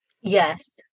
Yes